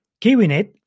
Kiwinet